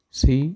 ସେଇ